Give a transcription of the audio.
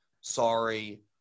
sorry